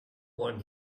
want